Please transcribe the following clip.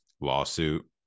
lawsuit